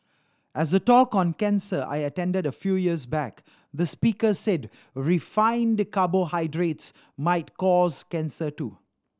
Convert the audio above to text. as a talk on cancer I attended a few years back the speaker said refined carbohydrates might cause cancer too